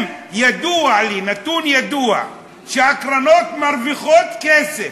אם ידוע לי, נתון ידוע, שהקרנות מרוויחות כסף,